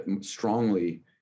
strongly